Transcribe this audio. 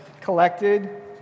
collected